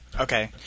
Okay